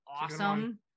awesome